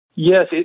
Yes